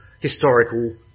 historical